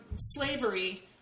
Slavery